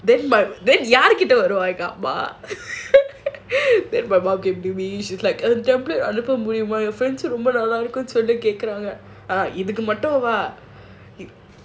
then யாருகிட்ட:yaarukitta then my mum came to me she's like நல்லா இருக்கும்னு சொல்லி கேக்குறாங்க:nallaa irukkumnu solli kekuraanga